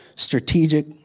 strategic